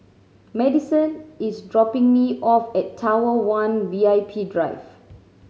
Madisen is dropping me off at Tower one V I P Drive